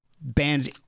bands